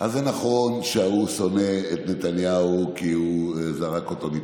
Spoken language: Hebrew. אז זה נכון שהוא שונא את נתניהו כי הוא זרק אותו מתפקיד.